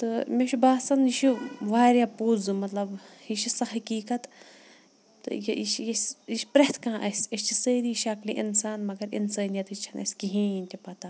تہٕ مےٚ چھُ باسان یہِ چھُ واریاہ پوٚز مطلب یہِ چھِ سۄ حقیٖقت تہٕ یہِ یہِ چھِ یہِ چھِ پرٛٮ۪تھ کانٛہہ اَسہِ أسۍ چھِ سٲری شکلہِ اِنسان مگر اِنسٲنیَتٕچ چھَنہٕ اَسہِ کِہیٖنۍ تہِ پَتہ